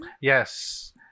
Yes